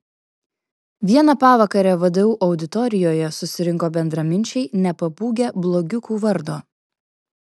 vieną pavakarę vdu auditorijoje susirinko bendraminčiai nepabūgę blogiukų vardo